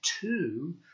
two